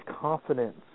confidence